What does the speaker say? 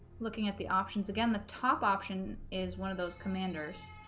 looking at the options again the top option is one of those commanders